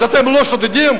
אז אתם לא שודדים?